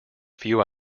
few